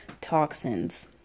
toxins